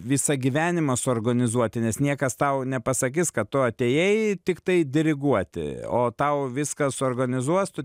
visą gyvenimą suorganizuoti nes niekas tau nepasakys kad tu atėjai tiktai diriguoti o tau viską suorganizuos tu